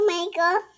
Michael